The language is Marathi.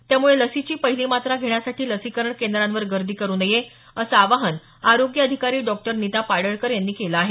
त्यामुळे लसीची पहिली मात्रा घेण्यासाठी लसीकरण केंद्रांवर गर्दी करु नये असं आवाहन आरोग्य अधिकारी डॉक्टर नीता पाडळकर यांनी केलं आहे